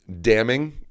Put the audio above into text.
damning